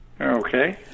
Okay